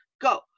go